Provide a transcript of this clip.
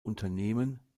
unternehmen